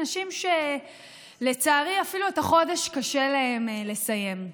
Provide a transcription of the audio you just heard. אנשים שלצערי אפילו את החודש קשה להם לסיים.